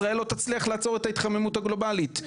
ישראל לא תצליח לעצור את ההתחממות הגלובלית.